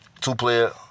Two-player